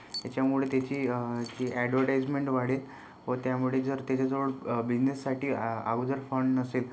त्याच्यामुळे त्याची ही ॲड्व्हरटाईजमेंट वाढेल व त्यामुळे जर त्याच्याजवळ बिझनेससाठी अगोदर फंड नसेल